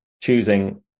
choosing